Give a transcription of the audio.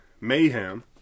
Mayhem